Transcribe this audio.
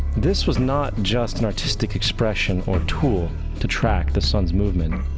this was not just an artistic expression or tool to track the sun's movements.